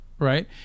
Right